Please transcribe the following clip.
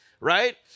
right